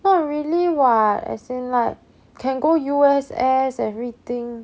not really [what] as in like can go U_S_S everything